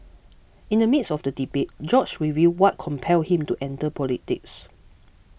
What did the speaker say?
in the midst of the debate George revealed what compelled him to enter politics